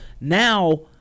Now